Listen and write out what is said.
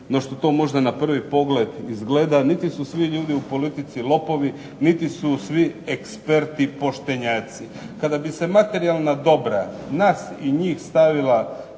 no što to možda na prvi pogled izgleda, niti su svi ljudi u politici lopovi niti su svi eksperti poštenjaci. Kada bi se materijalna dobra nas i njih stavila